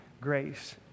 grace